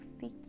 seek